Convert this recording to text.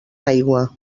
aigua